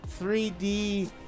3D